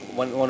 one